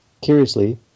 Curiously